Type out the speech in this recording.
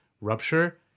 rupture